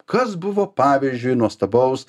kas buvo pavyzdžiui nuostabaus